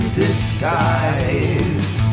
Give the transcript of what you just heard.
disguise